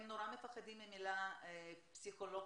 הם נורא מפחדים מהמילה פסיכולוג,